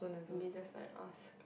maybe just like I ask